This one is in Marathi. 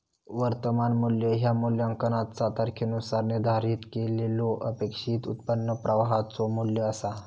वर्तमान मू्ल्य ह्या मूल्यांकनाचा तारखेनुसार निर्धारित केलेल्यो अपेक्षित उत्पन्न प्रवाहाचो मू्ल्य असा